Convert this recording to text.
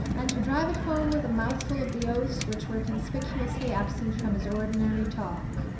and to drive it home with a mouthful of the oaths which were conspicuously absent from his ordinary talk.